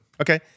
Okay